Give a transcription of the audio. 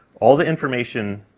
all the information,